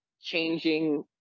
changing